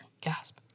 Gasp